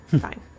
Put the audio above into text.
fine